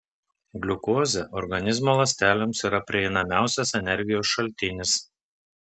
gliukozė organizmo ląstelėms yra prieinamiausias energijos šaltinis